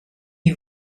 die